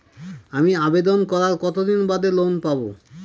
আমি আবেদন করার কতদিন বাদে লোন পাব?